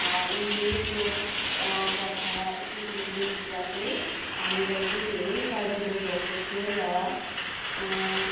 उनले त्यो कथा त्यो उयो लेख्दा चाहिँ हामीलाई चाहिँ धेरै सजिलो भएको थियो र